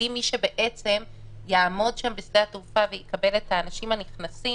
בלי מי שבעצם יעמוד שם בשדה התעופה ויקבל את האנשים הנכנסים.